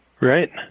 Right